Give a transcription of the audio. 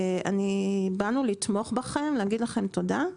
באנו לתמוך בכם, להגיד לכם תודה.